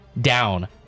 down